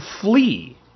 flee